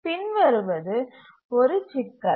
பின்வருவது ஒரு சிக்கல்